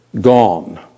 gone